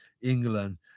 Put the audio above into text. England